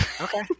Okay